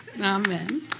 Amen